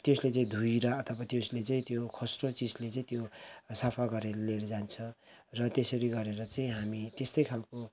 त्यसले चाहिँ धुएर अथवा त्यसले चाहिँ त्यो खस्रो चिजले चाहिँ त्यो सफा गरेर लिएर जान्छ र त्यसरी गरेर चाहिँ हामी त्यस्तै खालको